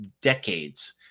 decades